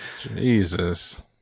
Jesus